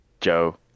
joe